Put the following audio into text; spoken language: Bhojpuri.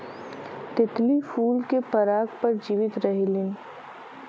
तितली फूल के पराग पर जीवित रहेलीन